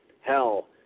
hell